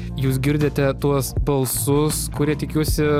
jūs girdite tuos balsus kurie tikiuosi